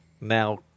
now